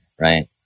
Right